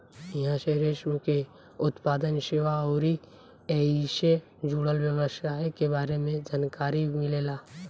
इहां से रेशम के उत्पादन, सेवा अउरी ऐइसे जुड़ल व्यवसाय के बारे में जानकारी मिलेला